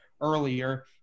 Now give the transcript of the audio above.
earlier